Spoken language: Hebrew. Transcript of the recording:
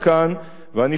ואני חולק על כך,